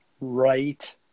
Right